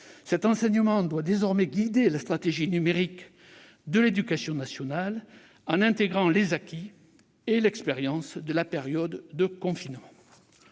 Cet enseignement doit désormais guider la stratégie numérique de l'éducation nationale, en intégrant les acquis et l'expérience de la période de confinement.